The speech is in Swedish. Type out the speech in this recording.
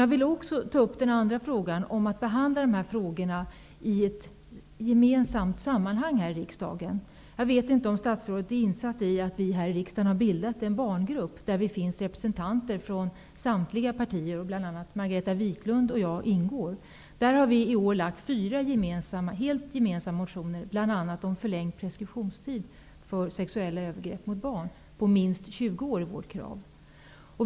Jag vill också ta upp frågan om att behandla dessa frågor i ett gemensamt sammanhang här i riksdagen. Jag vet inte om statsrådet är insatt i att vi här i riksdagen har bildat en barngrupp där det finns representanter från samtliga partier och där bl.a. Margareta Viklund och jag ingår. Vi har i år väckt fyra helt gemensamma motioner, bl.a. om förlängd preskriptionstid på minst 20 år för sexuella övergrepp mot barn.